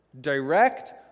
direct